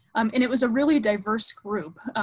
um and it was a really diverse group.